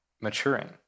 maturing